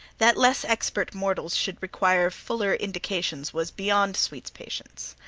that less expert mortals should require fuller indications was beyond sweet's patience.